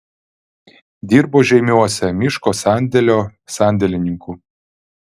dirbo žeimiuose miško sandėlio sandėlininku